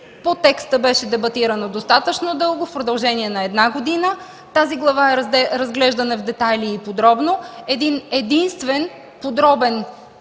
По текста беше дебатирано достатъчно дълго, в продължение на една година. Тази глава е разглеждана в детайли и подробно. Предложили сме един-единствен подробен